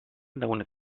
lagunek